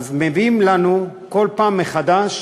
מביאים לנו כל פעם מחדש